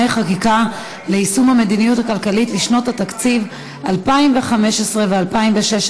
חקיקה ליישום המדיניות הכלכלית לשנות התקציב 2015 ו-2016),